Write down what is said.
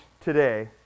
today